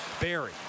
Barry